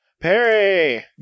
Perry